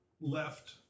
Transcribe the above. left